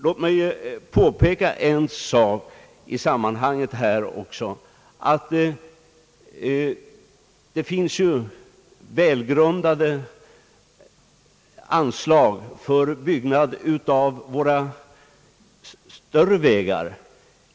Låt mig i sammanhanget också påpeka, att det ofta finns mycket angelägna behov av anslag till förbättring av våra större vägar.